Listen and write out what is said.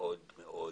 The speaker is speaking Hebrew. מאוד מאוד קשה.